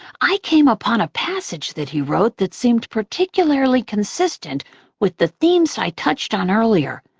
i came upon a passage that he wrote that seemed particularly consistent with the themes i touched on earlier,